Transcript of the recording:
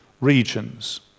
regions